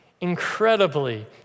incredibly